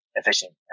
efficient